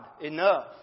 enough